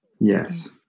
yes